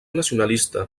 nacionalista